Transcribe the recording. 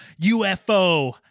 UFO